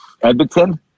Edmonton